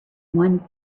one